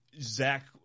Zach